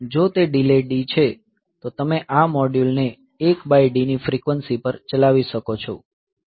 જો તે delay D છે તો તમે આ મોડ્યુલને 1 બાય D ની ફ્રિક્વન્સી પર ચલાવી શકો છો